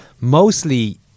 mostly